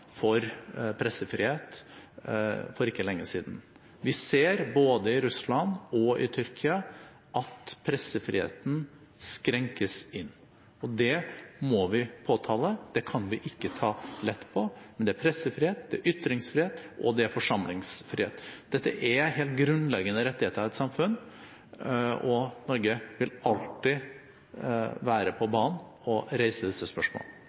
for pressefrihet for ikke lenge siden. Vi ser både i Russland og i Tyrkia at pressefriheten innskrenkes, og det må vi påtale. Det kan vi ikke ta lett på. Pressefrihet, ytringsfrihet og forsamlingsfrihet er helt grunnleggende rettigheter i et samfunn, og Norge vil alltid være på banen og reise disse